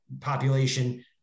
population